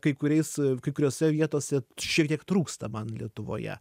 kai kuriais kai kuriose vietose šiek tiek trūksta man lietuvoje